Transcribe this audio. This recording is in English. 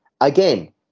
again